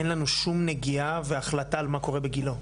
אין לנו שום נגיעה והחלטה על מה קורה בגילה,